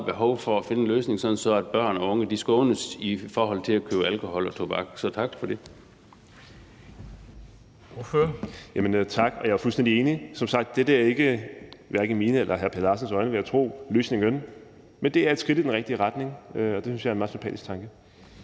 behov for at finde en løsning, sådan at børn og unge skånes i forhold til at købe alkohol og tobak. Så tak for det.